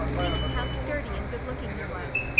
thinking how sturdy and good looking he was,